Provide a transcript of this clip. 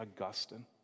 Augustine